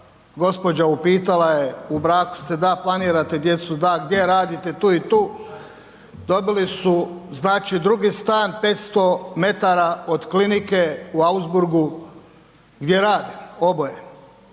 gospođa, upitala je u braku ste, da, planirate djecu, da, gdje radite, tu i tu, dobili su znači drugi stan, 500 m od klinike u Augsburgu gdje rade oboje.